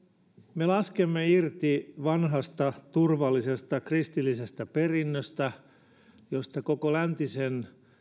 me laskemme irti vanhasta turvallisesta kristillisestä perinnöstä johon koko läntisen